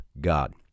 God